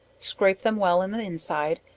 scrape them well in the inside,